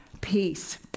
peace